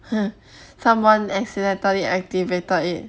!huh! someone accidentally activated it